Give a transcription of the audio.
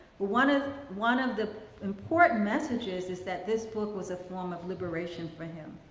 one of one of the important messages is that this book was a form of liberation for him.